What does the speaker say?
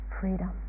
freedom